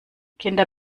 kinder